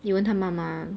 你问她妈妈